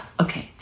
okay